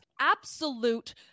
absolute